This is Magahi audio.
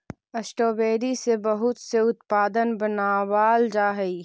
स्ट्रॉबेरी से बहुत से उत्पाद बनावाल जा हई